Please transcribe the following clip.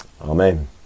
amen